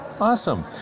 Awesome